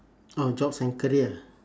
oh jobs and career